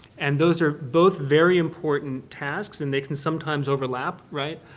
and those are both very important tasks and they can sometimes overlap, right.